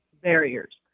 barriers